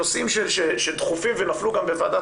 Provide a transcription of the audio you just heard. הנושאים שהם דחופים ונפלו גם בוועדת